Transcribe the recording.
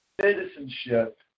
citizenship